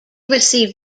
received